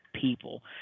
people